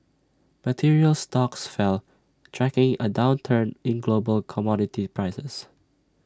materials stocks fell tracking A downturn in global commodity prices